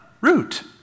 root